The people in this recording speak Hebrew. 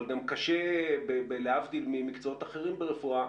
אבל להבדיל ממקצועיות אחרים ברפואה,